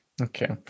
okay